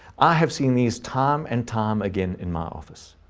i have seen these time and time again in my office,